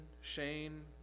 Shane